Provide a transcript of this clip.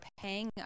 paying